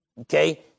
Okay